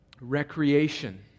recreation